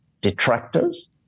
detractors